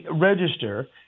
register